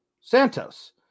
Santos